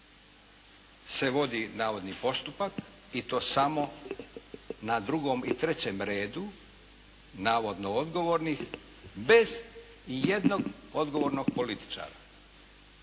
se vodi navodni postupak i to samo na drugom i trećem redu, navodno odgovornih bez ijednog odgovornog političara,